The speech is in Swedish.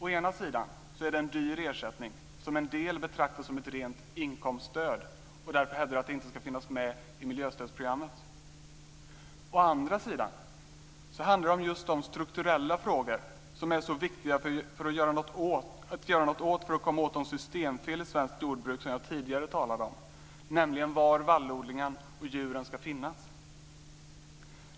Å ena sidan är det en dyr ersättning. En del betraktar det som ett rent inkomststöd och hävdar därför att det inte ska finnas med i miljöstödsprogrammet. Å andra sidan handlar det om just de strukturella frågor som det är så viktigt att göra något åt för att man ska komma åt de systemfel i svenskt jordbruk som jag tidigare talade om: Var ska vallodlingen och djuren finnas?